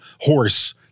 horse